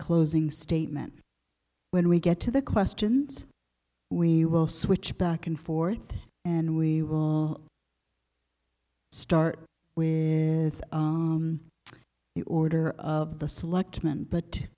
closing statement when we get to the questions we will switch back and forth and we will start with the order of the selectmen but